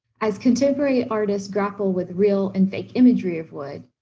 as contemporary artists grapple with real and fake imagery of wood,